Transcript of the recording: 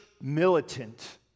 militant